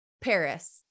Paris